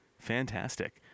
Fantastic